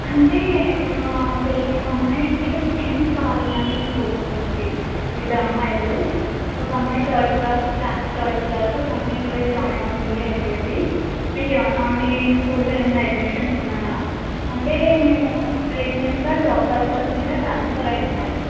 అంటే మా పిల్ మా అమ్మాయికి అడ్మిషన్స్ కావాలి మ్యామ్ మీ స్కూల్లోంచి ఇద్దరు అమ్మాయిలు ఒకమ్మాయి థర్డ్ క్లాస్ థర్డ్ క్లాస్ ఒక అమ్మాయి ఇప్పుడే జాయిన్ అవుతుంది ఎల్కెజి మీకేమ మీ స్కూల్లో ఏవైనా అడ్మిషన్స్ ఉన్నాయా అంటే మేము రీసెంట్గా జాబ్ పర్పస్ మీద ట్రాన్స్ఫర్ అయ్యాము మేడం